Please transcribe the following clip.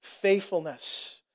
faithfulness